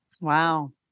Wow